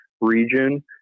region